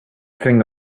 thing